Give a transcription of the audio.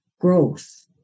growth